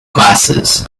glasses